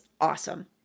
awesome